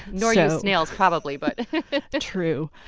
nor use snails probably but true!